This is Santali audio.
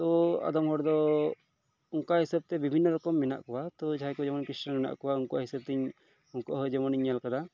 ᱛᱚ ᱟᱫᱚᱢ ᱦᱚᱲ ᱫᱚ ᱚᱝᱠᱟ ᱦᱤᱥᱟᱹᱵᱽ ᱛᱮ ᱵᱤᱵᱷᱤᱱᱱᱚ ᱨᱚᱠᱚᱢ ᱢᱮᱱᱟᱜ ᱠᱚᱣᱟ ᱛᱚ ᱡᱟᱦᱟᱸᱭ ᱠᱚ ᱡᱮᱢᱚᱱ ᱠᱷᱨᱤᱥᱴᱟᱱ ᱦᱮᱱᱟᱜ ᱠᱚᱣᱟ ᱩᱝᱠᱩᱣᱟᱜ ᱦᱤᱥᱟᱹᱵᱽᱛᱮᱧ ᱩᱝᱠᱩᱣᱟᱜ ᱦᱚᱸ ᱡᱮᱢᱚᱱᱤᱧ ᱧᱮᱞ ᱟᱠᱟᱫᱟ